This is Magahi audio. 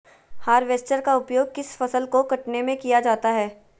हार्बेस्टर का उपयोग किस फसल को कटने में किया जाता है?